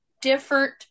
different